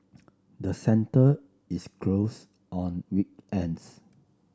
the centre is closed on weekends